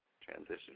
transition